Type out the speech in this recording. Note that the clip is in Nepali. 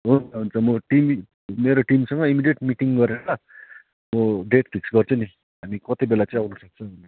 हुन्छ हुन्छ म टिम मेरो टिमसँग इम्मिडियट मिटिङ गरेर म डेट फिक्स गर्छु नि हामी कति बेला चाहिँ आउन सक्छौँ भनेर